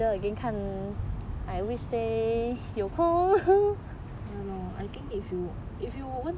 ya loh if you if you want to